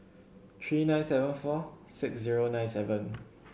three nine seven four six zero nine seven